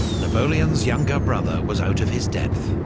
napoleon's younger brother was out of his depth.